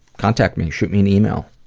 contact me. shoot me an email.